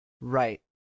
Right